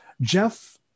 Jeff